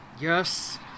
Yes